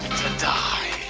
die